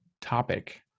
topic